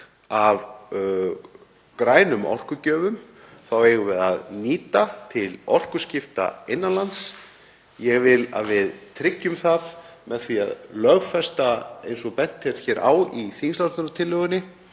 af grænum orkugjöfum. Þá eigum við að nýta til orkuskipta innan lands. Ég vil að við tryggjum það með því að lögfesta, eins og bent er á í þingsályktunartillögunni,